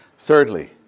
Thirdly